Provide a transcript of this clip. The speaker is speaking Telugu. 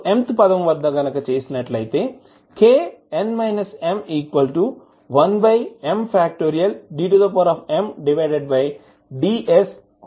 mth పదం kn m1m